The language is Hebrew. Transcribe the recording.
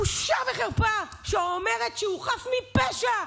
בושה וחרפה, שאומרת שהוא חף מפשע,